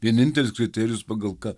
vienintelis kriterijus pagal ką